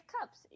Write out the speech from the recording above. Cups